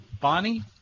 Bonnie